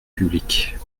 publiques